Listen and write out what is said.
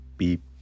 beep